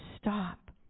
stop